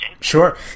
sure